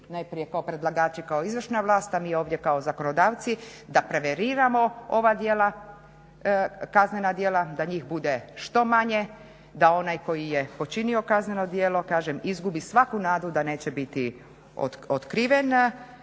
najprije kao predlagači kao Izvršna vlast, a mi ovdje kao zakonodavci da preveniramo ova djela, kaznena djela, da njih bude što manje, da onaj koji je počinio kazneno djelo, kažem izgubi svaku nadu da neće biti otkriven,